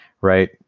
right